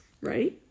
Right